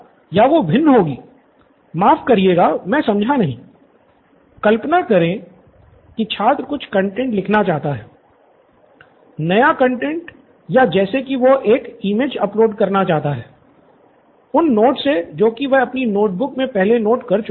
student Nithin कल्पना करें कि छात्र कुछ कंटैंट अपलोड करना चाहता है उन नोट्स से जो वो अपनी नोट बुक मे पहले नोट कर चुका है